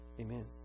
Amen